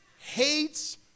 hates